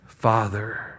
Father